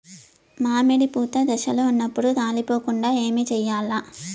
మామిడి పూత దశలో ఉన్నప్పుడు రాలిపోకుండ ఏమిచేయాల్ల?